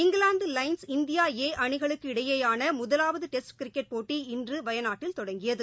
England lions India A அணிகளுக்கிடையேயான முதலாவது test cricket போட்டி இன்று வயநாட்டில் தொடங்கியது